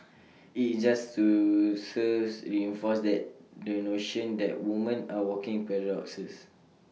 IT just to serves reinforce the the notion that women are walking paradoxes